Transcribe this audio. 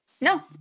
no